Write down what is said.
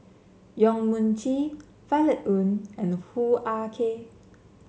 Yong Mun Chee Violet Oon and Hoo Ah Kay